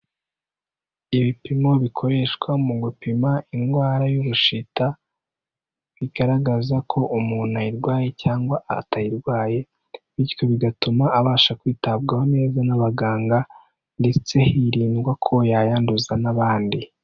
Ibipimo bikoreshwa mu gupima indwara y'ubushita, bigaragaza ko umuntu ayirwaye cyangwa atayirwaye bityo bigatuma abasha kwitabwaho neza n'abaganga, ndetse hirindwa ko yayanduza n'abandi.